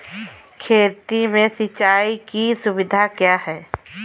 खेती में सिंचाई की सुविधा क्या है?